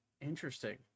Interesting